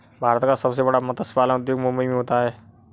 भारत का सबसे बड़ा मत्स्य पालन उद्योग मुंबई मैं होता है